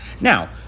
Now